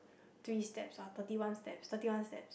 three steps or thirty one steps thirty one steps